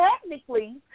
technically